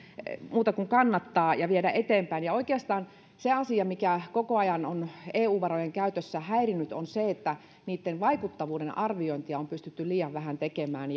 muuta kuin kannattaa ja viedä eteenpäin oikeastaan se asia mikä koko ajan on eu varojen käytössä häirinnyt on se että niitten vaikuttavuuden arviointia on pystytty liian vähän tekemään